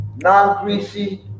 non-greasy